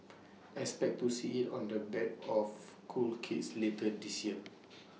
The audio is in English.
expect to see IT on the backs of cool kids later this year